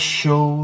show